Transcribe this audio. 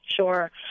Sure